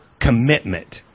commitment